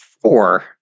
Four